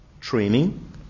training